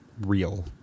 real